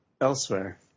elsewhere